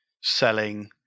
selling